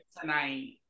tonight